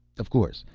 of course.